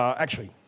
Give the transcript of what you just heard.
um actually,